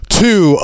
two